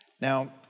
Now